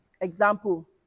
Example